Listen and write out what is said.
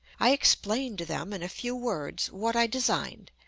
i explained to them, in a few words, what i designed,